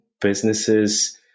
businesses